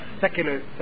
secular